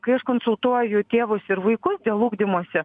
kai aš konsultuoju tėvus ir vaikus dėl ugdymuose